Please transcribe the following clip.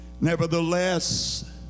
Nevertheless